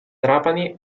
trapani